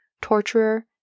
torturer